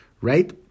right